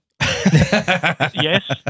Yes